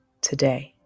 Today